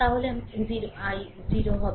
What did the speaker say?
তাহলে i 0 হবে